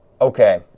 Okay